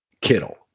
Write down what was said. Kittle